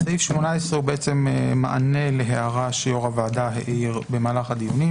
סעיף 18 הוא מענה להערה שיו"ר הוועדה העיר במהלך הדיונים.